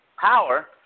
power